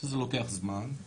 זה לוקח זמן,